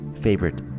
Favorite